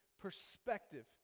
perspective